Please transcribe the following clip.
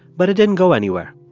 but it didn't go anywhere.